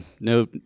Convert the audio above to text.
no